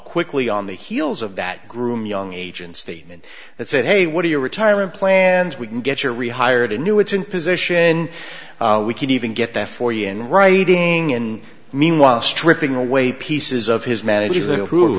quickly on the heels of that groom young age in statement that said hey what are your retirement plans we can get your rehired a new it's in position we can even get there for you in writing and meanwhile stripping away pieces of his manager who